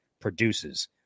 produces